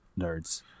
nerds